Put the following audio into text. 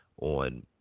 on